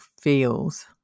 feels